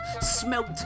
smelt